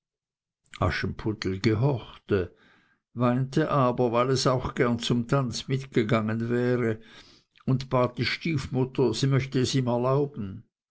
aschenputtel gehorchte weinte aber weil es auch gern zum tanz mitgegangen wäre und bat die stiefmutter sie möchte es ihm erlauben